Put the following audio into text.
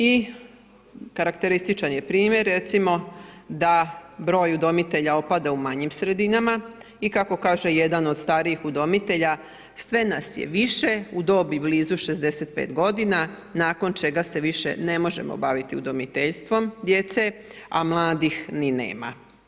I karakterističan je primjer recimo da broj udomitelja opada u manjim sredinama i kako kaže jedan od starijih udomitelja sve nas je više u dobi blizu 65 godina, nakon čega se više ne možemo baviti udomiteljstvom djece, a mladih ni nema.